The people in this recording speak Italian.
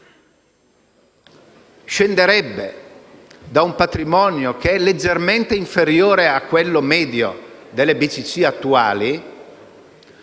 scenderebbe da un patrimonio leggermente inferiore a quello medio delle BCC attuali